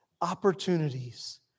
opportunities